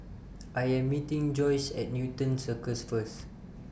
I Am meeting Joyce At Newton Circus First